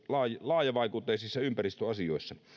laajavaikutteisissa ympäristöasioissa